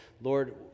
Lord